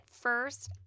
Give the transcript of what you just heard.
first